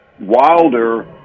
Wilder